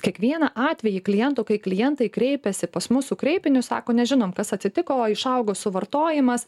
kiekvieną atvejį klientų kai klientai kreipiasi pas mus su kreipiniu sako nežinom kas atsitiko išaugo suvartojimas